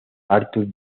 arthur